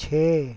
छ